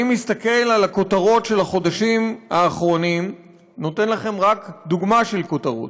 אני מסתכל על הכותרות של החודשים האחרונים ונותן לכם רק דוגמה לכותרות: